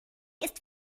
ist